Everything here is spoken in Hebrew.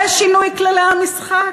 זה שינוי כללי המשחק?